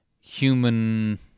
human